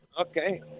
Okay